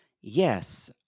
yes